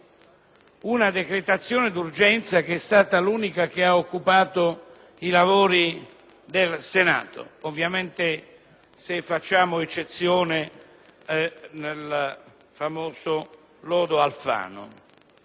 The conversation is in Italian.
una decretazione d'urgenza che è stata l'unica che ha occupato i lavori del Senato, ovviamente se si fa eccezione per il famoso lodo Alfano.